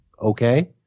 okay